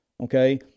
okay